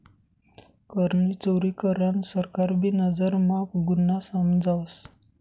करनी चोरी करान सरकार भी नजर म्हा गुन्हा समजावस